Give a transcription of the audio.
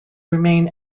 remain